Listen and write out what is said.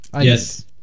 Yes